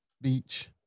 beach